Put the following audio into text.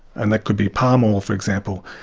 and that could be palm um oil, for example.